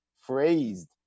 phrased